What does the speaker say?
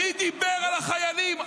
מי דיבר על החיילים?